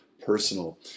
personal